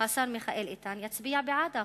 השר מיכאל איתן יצביע בעד החוק,